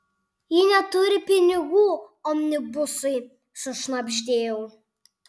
ji neturi pinigų omnibusui sušnabždėjau